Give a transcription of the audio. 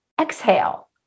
exhale